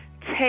take